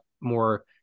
more